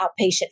outpatient